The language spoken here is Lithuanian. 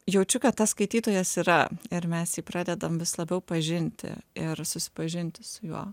jaučiu kad tas skaitytojas yra ir mes jį pradedam vis labiau pažinti ir susipažinti su juo